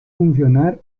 funcionar